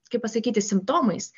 kaip pasakyti simptomais